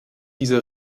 dieser